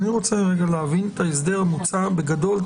אני רוצה להבין את ההסדר המוצע בגדול.